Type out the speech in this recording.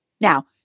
Now